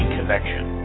Connection